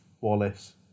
Wallace